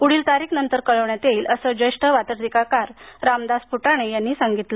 पुढील तारीख नंतर कळविण्यात येईल असं ज्येष्ठ वात्रटिकाकार रामदास फुटाणे यांनी सांगितलं